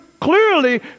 clearly